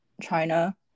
china